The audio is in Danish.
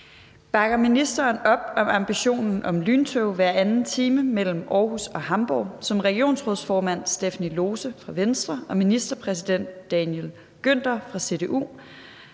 Bakker ministeren op om ambitionen om lyntog hver anden time mellem Aarhus og Hamborg, som regionsrådsformand Stephanie Lose fra Venstre (V) og ministerpræsident Daniel Günther fra CDU